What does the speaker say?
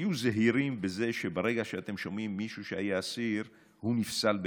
היו זהירים בזה שברגע שאתם שומעים שמישהו היה אסיר הוא נפסל בעיניכם.